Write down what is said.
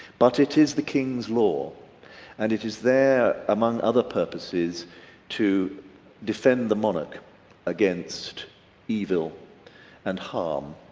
but it is the kings law and it is there among other purposes to defend the monarch against evil and harm,